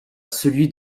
celui